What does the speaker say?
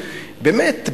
באמת,